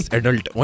adult